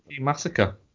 Massacre